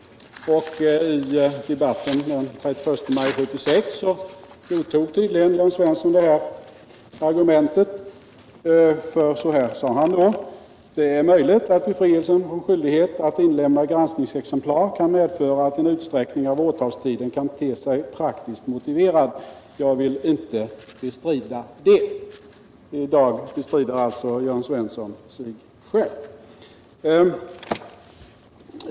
I debatten den 31 mars 1976 godtog tydligen Jörn Svensson argumentet, för så här sade han då: ”Det är möjligt att befrielsen från skyldighet att inlämna granskningsexemplar kan medföra att en utsträckning av åtalstiden kan te sig praktiskt motiverad. Jag vill inte bestrida det.” Men i dag bestrider alltså Jörn Svensson det han själv sade.